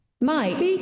Mike